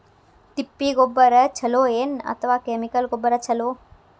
ತಿಪ್ಪಿ ಗೊಬ್ಬರ ಛಲೋ ಏನ್ ಅಥವಾ ಕೆಮಿಕಲ್ ಗೊಬ್ಬರ ಛಲೋ?